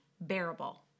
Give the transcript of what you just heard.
bearable